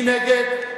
מי בעד 300?